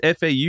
FAU